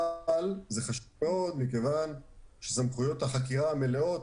אבל זה חשוב מאוד, מכיוון שסמכויות החקירה המלאות